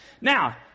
Now